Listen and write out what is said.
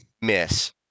Miss